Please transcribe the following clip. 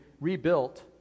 rebuilt